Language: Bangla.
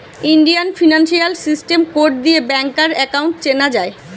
ইন্ডিয়ান ফিনান্সিয়াল সিস্টেম কোড দিয়ে ব্যাংকার একাউন্ট চেনা যায়